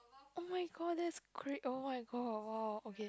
oh-my-god that's great oh-my-god !wow! okay